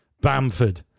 Bamford